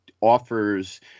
offers